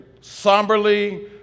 somberly